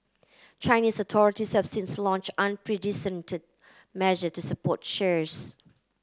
Chinese authorities have since launched unprecedented measure to support shares